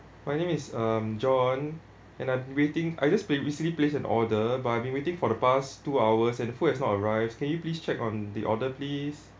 my name is um john and I've been waiting I just placed recently placed an order but I've been waiting for the past two hours and food has not arrives can you please check on the order please